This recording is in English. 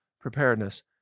preparedness